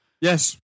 Yes